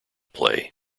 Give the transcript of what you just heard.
play